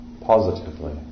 positively